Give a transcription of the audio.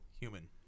human